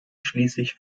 schließlich